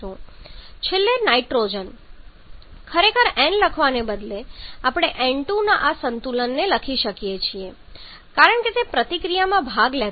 છેલ્લે નાઇટ્રોજન ખરેખર N લખવાને બદલે આપણે N2 ના આ સંતુલનને લખી શકીએ છીએ કારણ કે તે પ્રતિક્રિયામાં ભાગ લેતું નથી